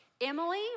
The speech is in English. Emily